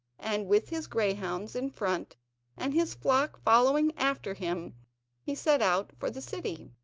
and with his greyhounds in front and his flock following after him he set out for the city.